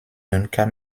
duncan